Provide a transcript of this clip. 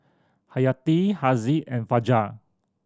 Hayati Haziq and Fajar